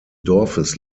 dorfes